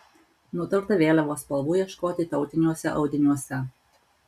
nutarta vėliavos spalvų ieškoti tautiniuose audiniuose